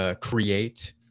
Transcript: Create